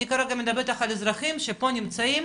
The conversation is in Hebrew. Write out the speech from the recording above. אני כרגע מדברת איתך על אזרחים שפה נמצאים,